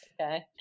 Okay